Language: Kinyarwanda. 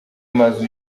mazu